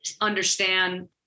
understand